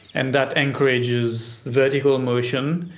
and that encourages vertical motion,